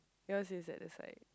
yours is at the side